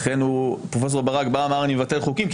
לכן פרופ' ברק בא ואומר שהוא מבטל חוקים,